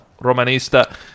Romanista